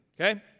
Okay